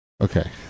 Okay